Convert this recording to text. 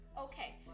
Okay